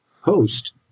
host